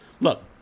look